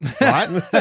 right